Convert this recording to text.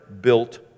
built